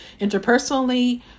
interpersonally